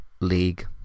league